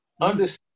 understand